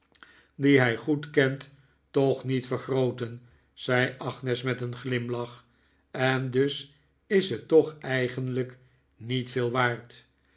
die hij goed kent toch niet vergrooten zei agnes met een glimlach en dus is het toch eigenlijk niet veel waard